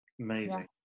amazing